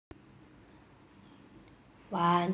one